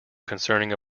concerning